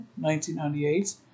1998